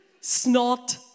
snot